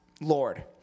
Lord